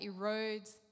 erodes